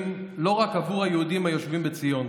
לא רק עבור היהודים היושבים בציון,